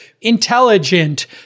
intelligent